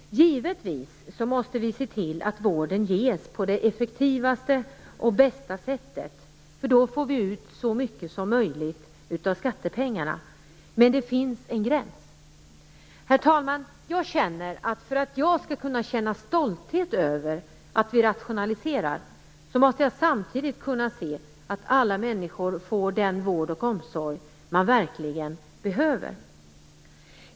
Givetvis måste vi se till att vården ges på det bästa och mest effektiva sättet, för då får vi ut så mycket som möjligt av skattepengarna, men det finns en gräns. Herr talman! För att jag skall kunna känna stolthet över att vi rationaliserar måste jag samtidigt kunna se att alla människor får den vård och omsorg de verkligen behöver.